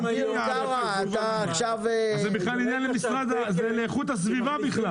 זה אירוע לאיכות הסביבה.